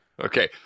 Okay